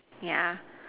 yeah